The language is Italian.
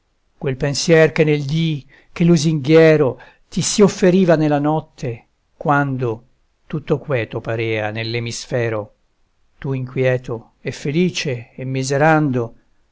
quel pensier che nel dì che lusinghiero ti si offeriva nella notte quando tutto queto parea nell'emisfero tu inquieto e felice e miserando